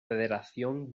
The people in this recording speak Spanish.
federación